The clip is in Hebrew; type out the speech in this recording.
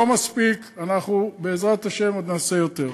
לא מספיק, אנחנו בעזרת השם עוד נעשה יותר.